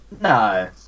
No